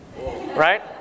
Right